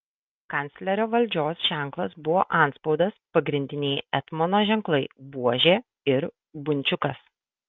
kanclerio valdžios ženklas buvo antspaudas pagrindiniai etmono ženklai buožė ir bunčiukas